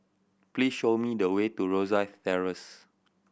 please show me the way to Rosyth Terrace